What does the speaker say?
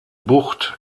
bucht